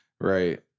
right